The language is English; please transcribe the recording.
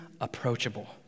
approachable